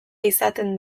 izaten